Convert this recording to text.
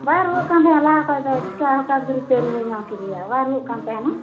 ᱵᱟᱭ ᱨᱩᱣᱟᱹᱜ ᱠᱟᱱ ᱛᱟᱦᱮᱜ ᱞᱟᱦᱟ ᱠᱷᱚᱡ ᱫᱚ ᱪᱤᱠᱟ ᱦᱚᱴᱟᱛ ᱢᱮᱨᱮᱛᱮ ᱨᱩᱣᱟᱹ ᱧᱟᱢ ᱠᱮᱫᱮᱭᱟ ᱵᱟᱭ ᱨᱩᱣᱟᱹᱜ ᱠᱟᱱ ᱛᱟᱦᱮᱱᱚᱜ